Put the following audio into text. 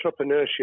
entrepreneurship